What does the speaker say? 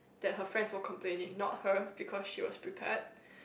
that her friends were complaining not her because she was prepared